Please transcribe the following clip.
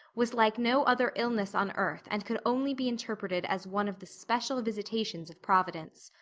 was like no other illness on earth and could only be interpreted as one of the special visitations of providence.